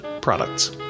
products